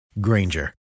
Granger